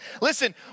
Listen